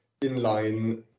inline